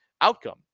outcome